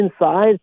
inside